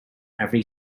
every